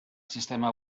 sistema